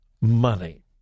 money